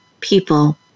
people